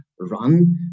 run